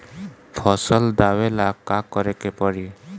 फसल दावेला का करे के परी?